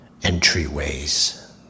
entryways